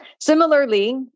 Similarly